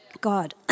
God